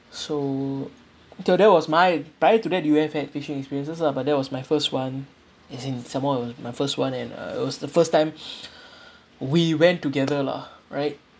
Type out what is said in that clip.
so so that was my prior to that you have had fishing experiences lah but that was my first one as in some more my first one and uh it was the first time we went together lah right